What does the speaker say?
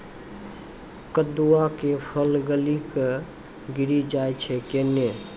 कददु के फल गली कऽ गिरी जाय छै कैने?